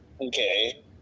Okay